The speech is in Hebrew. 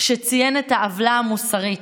כשציין את העוולה המוסרית